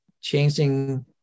changing